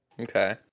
Okay